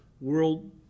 world